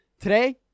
today